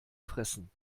fressen